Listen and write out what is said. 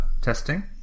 testing